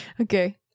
Okay